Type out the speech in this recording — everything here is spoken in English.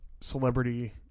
celebrity